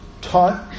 taught